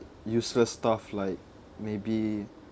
useless stuff like maybe